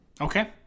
okay